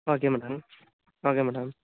okay madam okay madam